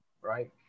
right